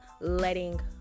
letting